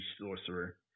sorcerer